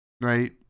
right